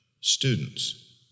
students